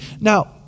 Now